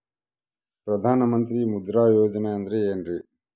ಪ್ರಧಾನ ಮಂತ್ರಿ ಮುದ್ರಾ ಯೋಜನೆ ಅಂದ್ರೆ ಏನ್ರಿ?